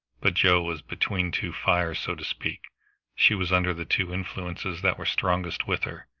but joe was between two fires, so to speak she was under the two influences that were strongest with her.